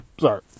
Sorry